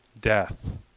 death